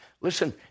Listen